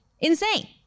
insane